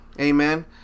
amen